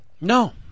No